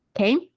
Okay